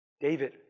David